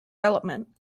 development